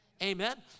Amen